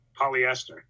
polyester